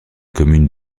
commune